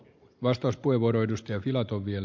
arvoisa puhemies